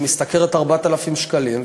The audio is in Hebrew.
שמשתכרת 4,000 שקלים,